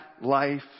life